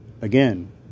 again